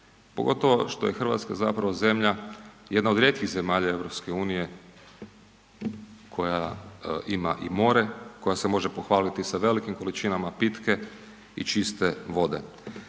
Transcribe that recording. pogotovo što je Hrvatska zapravo zemlja, jedna od rijetkih zemalja EU-a koja ima i more, koja se može pohvaliti i sa velikim količinama pitke i čiste vode.